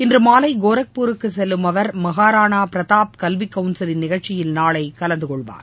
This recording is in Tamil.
இன்று மாலை கோரக்பூருக்கு செல்லும் அவர் மாகாராணா பிரதாப் கல்வி கவுன்சிலின் நிகழ்ச்சியில் நாளை கலந்து கொள்வார்